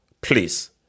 please